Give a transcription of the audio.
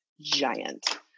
giant